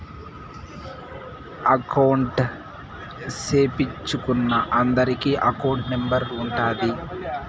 account సేపిచ్చుకున్నా అందరికి account number ఉంటాది